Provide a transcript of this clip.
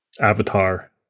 avatar